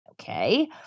Okay